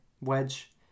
wedge